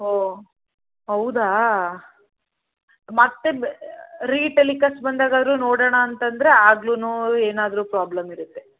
ಓಹ್ ಹೌದಾ ಮತ್ತೆ ರೀಟೆಲಿಕಾಸ್ಟ್ ಬಂದಾಗಾದರೂ ನೋಡೋಣ ಅಂತಂದರೆ ಆಗ್ಲೂ ಏನಾದರೂ ಪ್ರಾಬ್ಲಮ್ ಇರುತ್ತೆ